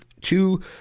two